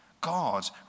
God